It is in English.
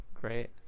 Great